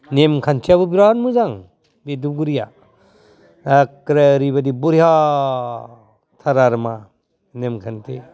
नेमखान्थियाबो बहुद मोजां बे धुपगुरिया एक्केरे ओरैबायदि बरियाथार आरो मा नेमखान्थि